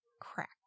crack